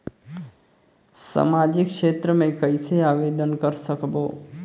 समाजिक क्षेत्र मे कइसे आवेदन कर सकबो?